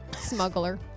smuggler